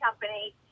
company